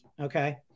Okay